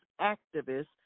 activists